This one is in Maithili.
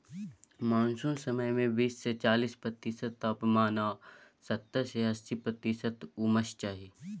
मानसुन समय मे बीस सँ चालीस प्रतिशत तापमान आ सत्तर सँ अस्सी प्रतिशत उम्मस चाही